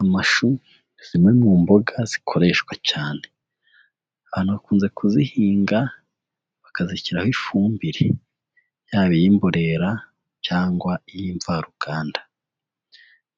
Amashu ni zimwe mu mboga zikoreshwa cyane, abantu bakunze kuzihinga bakazishyiraho ifumbire, yaba iy'imborera cyangwa iy'imvaruganda,